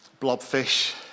blobfish